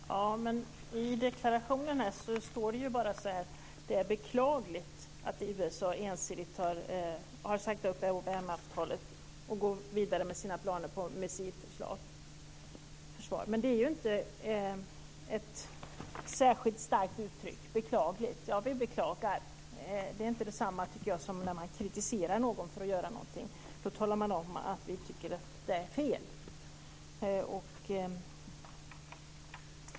Herr talman! Men i deklarationen står det bara så här: "Det är beklagligt att USA ensidigt har sagt upp ABM-avtalet, och går vidare med sina planer på ett missilförsvar." Det är inte ett särskilt starkt uttryck. När man säger att det är "beklagligt" är det inte detsamma som när man kritiserar någon för att göra någonting. Då talar man om att man tycker att det är fel.